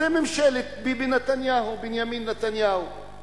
ממשלת ביבי נתניהו, בנימין נתניהו.